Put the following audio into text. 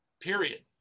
period